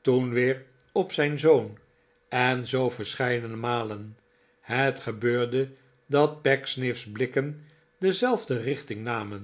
toen weer op zijn zoon en zoo verscheidene malen het gebeurde dat pecksniff sblikken dezelfde richting namenr